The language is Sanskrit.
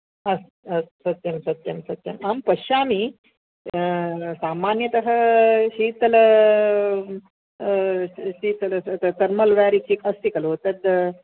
अस्तु अस्तु सत्यं सत्यं सत्यम् अहं पश्यामि सामान्यतः शीतल शीतल तत तर्मल् वेर्स् अस्ति खलु तद्